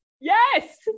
Yes